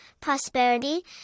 prosperity